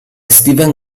steven